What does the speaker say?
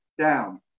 down